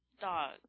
Dog